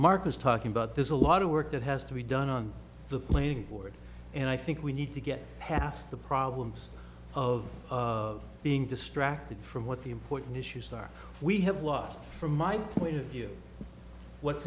mark was talking about there's a lot of work that has to be done on the playing board and i think we need to get past the problems of being distract from what the important issues are we have lost from my point of view what's